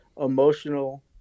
emotional